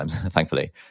thankfully